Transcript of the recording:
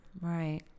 right